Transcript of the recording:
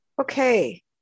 Okay